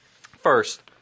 First